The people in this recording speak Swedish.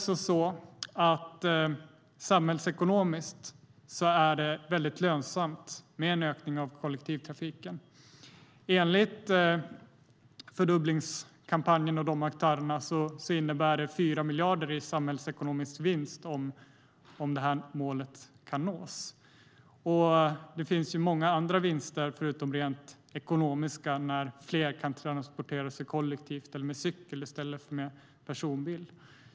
Samhällsekonomiskt är det väldigt lönsamt med en ökning av kollektivtrafiken. Enligt fördubblingskampanjen, och de aktörerna, innebär det 4 miljarder i samhällsekonomisk vinst om målet kan nås. Det finns många andra vinster, förutom rent ekonomiska, när fler kan transportera sig kollektivt eller med cykel i stället för med personbil.